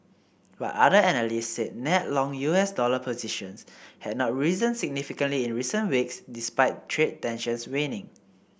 but other analysts said net long U S dollar positions had not risen significantly in recent weeks despite trade tensions waning